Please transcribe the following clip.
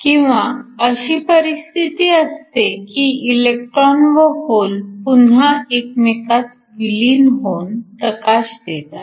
किंवा अशी परिस्थिती असते की इलेक्ट्रॉन व होल पुन्हा एकमेकांत विलीन होऊन प्रकाश देतात